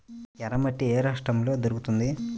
ఎర్రమట్టి ఏ రాష్ట్రంలో దొరుకుతుంది?